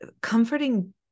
comforting